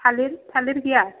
थालिर थालिर गैया